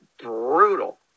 brutal